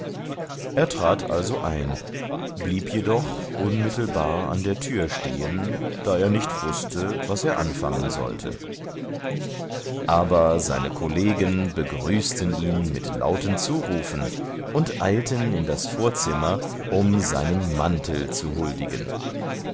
er trat also ein blieb jedoch unmittelbar an der tür stehen da er nicht wußte was er anfangen sollte aber seine kollegen begrüßten ihn mit lauten zurufen und eilten in das vorzimmer um seinem mantel zu huldigen